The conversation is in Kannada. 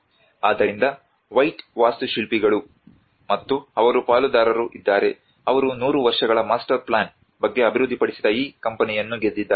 ಆದ್ದರಿಂದ ವೈಟ್ ವಾಸ್ತುಶಿಲ್ಪಿಗಳು' ಮತ್ತು ಅವರ ಪಾಲುದಾರರು ಇದ್ದಾರೆ ಅವರು 100 ವರ್ಷಗಳ ಮಾಸ್ಟರ್ ಪ್ಲ್ಯಾನ್ ಬಗ್ಗೆ ಅಭಿವೃದ್ಧಿಪಡಿಸಿದ ಈ ಕಂಪನಿಯನ್ನು ಗೆದ್ದಿದ್ದಾರೆ